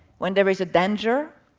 when there is a danger,